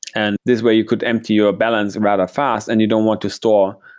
and this way you could empty your balance and rather fast and you don't want to store